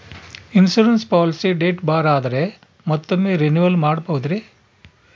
Insurance policy date ಬಾರ್ ಆದರೆ ಮತ್ತೊಮ್ಮೆ ರಿನಿವಲ್ ಮಾಡಬಹುದ್ರಿ?